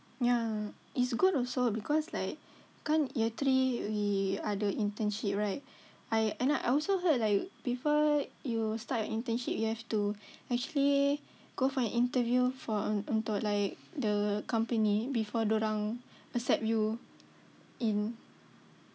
yeah it's good also because like kan year three we ada internship right I and I also heard like before you start your internship you have to actually go for an interview for um untuk like the company before diorang accept you in